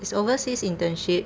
it's oversea internship